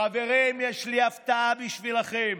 חברים, יש לי הפתעה בשבילכם,